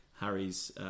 Harry's